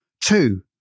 Two